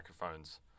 microphones